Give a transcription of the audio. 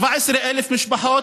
17,000 משפחות,